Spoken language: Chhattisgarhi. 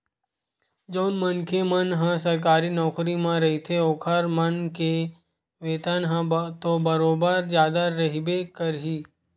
जउन मनखे मन ह सरकारी नौकरी म रहिथे ओखर मन के वेतन ह तो बरोबर जादा रहिबे करही